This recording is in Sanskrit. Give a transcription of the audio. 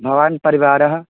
भवान् परिवारः